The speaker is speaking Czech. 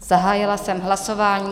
Zahájila jsem hlasování.